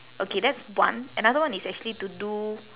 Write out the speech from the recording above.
okay that's one another one is actually to do